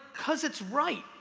cause it's right,